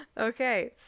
Okay